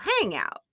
hangout